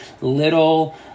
little